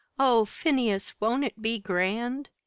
oh, phineas, won't it be grand!